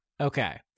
Okay